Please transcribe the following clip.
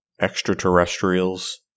extraterrestrials